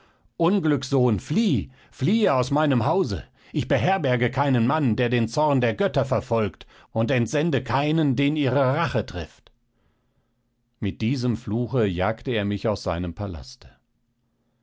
unglückssohn flieh fliehe aus meinem hause ich beherberge keinen mann den der zorn der götter verfolgt und entsende keinen den ihre rache trifft mit diesem fluche jagte er mich aus seinem palaste